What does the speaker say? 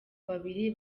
babiri